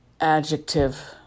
adjective